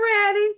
ready